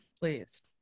Please